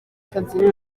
tanzania